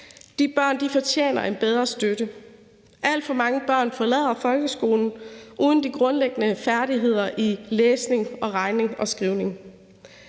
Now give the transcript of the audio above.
De børn fortjener en bedre støtte. Alt for mange børn forlader folkeskolen uden de grundlæggende færdigheder i læsning, regning og skrivning.